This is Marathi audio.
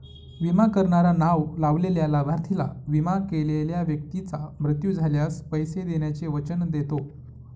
विमा करणारा नाव लावलेल्या लाभार्थीला, विमा केलेल्या व्यक्तीचा मृत्यू झाल्यास, पैसे देण्याचे वचन देतो